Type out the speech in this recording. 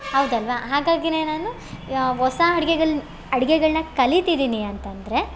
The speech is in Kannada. ಹೌದಲ್ವ ಹಾಗಾಗಿಯೇ ನಾನು ಹೊಸ ಅಡುಗೆಗಳ್ನ ಅಡುಗೆಗಳ್ನ ಕಲಿತಿದೀನಿ ಅಂತಂದರೆ